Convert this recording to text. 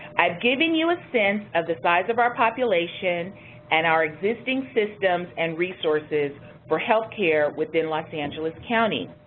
i've given you a sense of the size of our population and our existing systems and resources for healthcare within los angeles county.